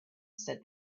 said